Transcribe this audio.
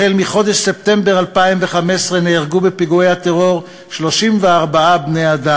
החל מחודש ספטמבר 15' נהרגו בפיגועי הטרור 34 בני-אדם,